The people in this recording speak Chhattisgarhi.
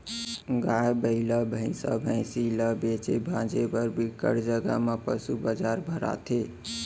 गाय, बइला, भइसा, भइसी ल बेचे भांजे बर बिकट जघा म पसू बजार भराथे